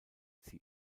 sie